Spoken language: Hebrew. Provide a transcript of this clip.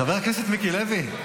חבר הכנסת מיקי לוי,